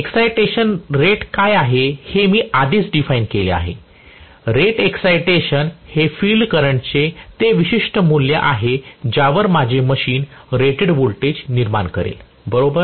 excitation rate काय आहे हे मी आधीच डिफाइन केले आहे रेटेड एक्साईटेशन हे फील्ड करंटचे ते विशिष्ट मूल्य आहे ज्यावर माझे मशीन रेटेड व्होल्टेज निर्माण करेल बरोबर